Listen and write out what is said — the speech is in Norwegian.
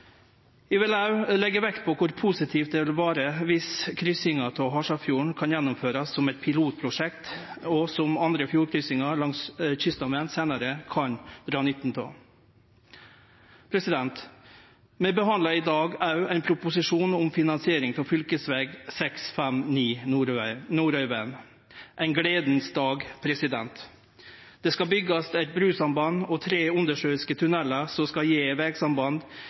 Eg vil òg leggje vekt på kor positivt det vil vere viss kryssinga av Halsafjorden kan gjennomførast som eit pilotprosjekt som andre fjordkryssingar langs kysten seinare kan dra nytte av. Vi behandlar i dag òg ein proposisjon om finansiering av fv. 659 Nordøyvegen. Dette er ein gledas dag! Det skal byggjast eit brusamband og tre undersjøiske tunellar som skal gje vegsamband